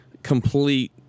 complete